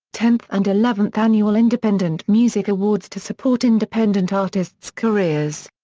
tenth and eleventh annual independent music awards to support independent artists' careers.